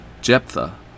Jephthah